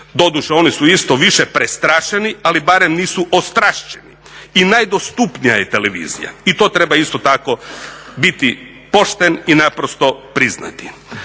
doduše oni su isto više prestrašeni ali barem nisu ostrašćeni i najdostupnija je televizija. I to treba isto tako biti pošten i naprosto priznati.